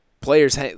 players